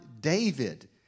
David